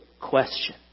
question